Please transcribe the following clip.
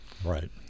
Right